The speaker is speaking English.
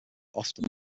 often